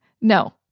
No